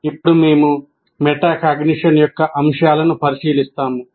ఇప్పుడు మేము మెటాకాగ్నిషన్ యొక్క అంశాలను పరిశీలిస్తాము